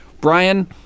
Brian